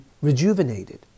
rejuvenated